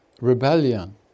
rebellion